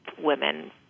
women